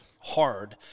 hard